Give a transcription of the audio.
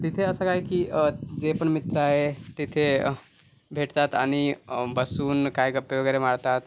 तिथे असं काय की जे पण मित्र आहे तिथे भेटतात आणि बसून काय गप्पा वगैरे मारतात